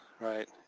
right